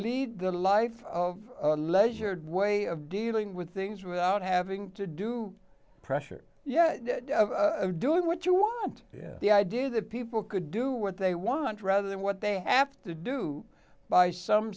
lead the life of leisure way of dealing with things without having to do pressure yeah doing what you want the idea that people could do what they want rather than what they have to do by some